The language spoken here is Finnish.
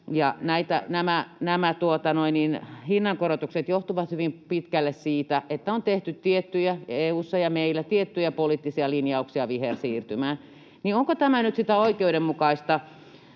Nämä hinnankorotukset johtuvat hyvin pitkälle siitä, että on tehty EU:ssa ja meillä tiettyjä poliittisia linjauksia vihersiirtymään. Onko tämä nyt sitä